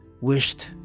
wished